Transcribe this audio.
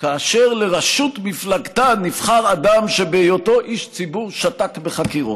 כאשר לראשות מפלגתה נבחר אדם שבהיותו איש ציבור שתק בחקירות.